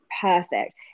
perfect